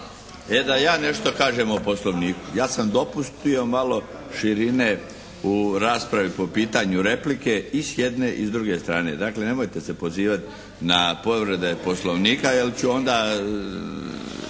E da ja nešto kažem o Poslovniku. Ja sam dopustio malo širine u raspravi po pitanju replike i s jedne i s druge strane. Dakle, nemojte se pozivat na povrede Poslovnika jel' ću onda,